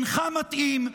אינך מתאים,